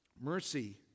mercy